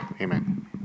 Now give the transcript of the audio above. amen